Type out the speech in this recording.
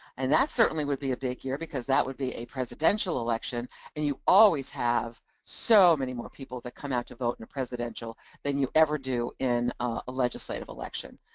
and that certainly would be a big year because that would be a presidential election and you always have so many more people that come out to vote in and a presidential than you ever do in a legislative election